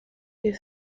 que